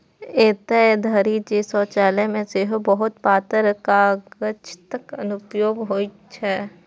एतय धरि जे शौचालय मे सेहो बहुत पातर कागतक अनुप्रयोग होइ छै